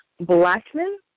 Blackman